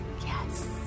Yes